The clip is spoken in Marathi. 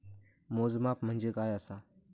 मोजमाप म्हणजे काय असा?